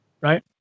Right